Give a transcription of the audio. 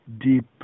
deep